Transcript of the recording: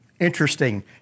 interesting